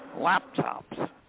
laptops